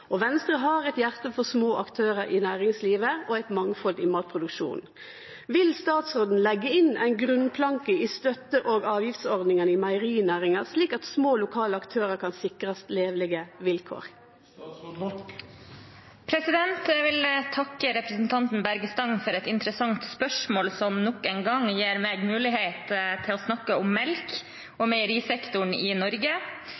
Venstre har eit hjarte for små aktørar i næringslivet og eit mangfald i matproduksjonen. Vil statsråden leggje inn ei grunnplanke i støtte- og avgiftsordningane i meierinæringa slik at små, lokale aktørar kan sikrast levelege vilkår?» Jeg vil takke representanten Berge Stang for et interessant spørsmål som nok en gang gir meg mulighet til å snakke om